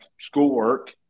schoolwork